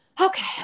okay